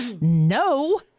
no